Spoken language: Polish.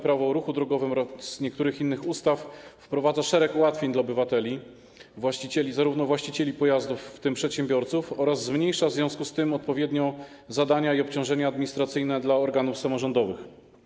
Prawo o ruchu drogowym oraz niektórych innych ustaw wprowadza szereg ułatwień dla obywateli, w tym zarówno właścicieli pojazdów, jak i przedsiębiorców, oraz zmniejsza w związku z tym odpowiednio zakres zadań i obciążenia administracyjne organów samorządowych.